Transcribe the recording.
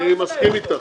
אני מסכים איתך.